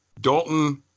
Dalton